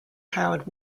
powered